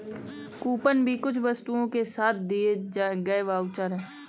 coupon भी कुछ वस्तुओं के साथ दिए गए वाउचर है